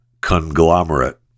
conglomerate